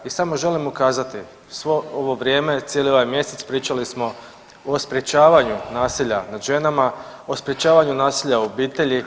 I samo želim ukazati svo ovo vrijeme, cijeli ovaj mjesec pričali smo o sprječavanju nasilja nad ženama, o sprječavanju nasilja u obitelji.